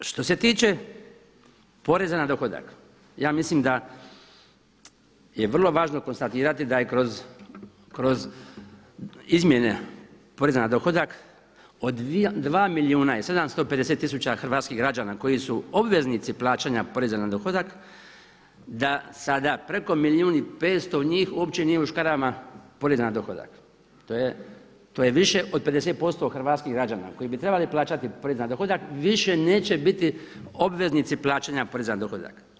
Što se tiče poreza na dohodak, ja mislim da je vrlo važno konstatirati da je kroz izmjene poreza na dohodak od 2 milijuna i 750 tisuća hrvatskih građana koji su obveznici plaćanja poreza na dohodak, da sada preko milijun i 500 njih uopće nije u škarama poreza na dohodak, to je više od 50% hrvatskih građana koji bi trebali plaćati porez na dohodak, više neće biti obveznici plaćanja poreza na dohodak.